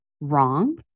wrong